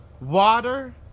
water